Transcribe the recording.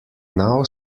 now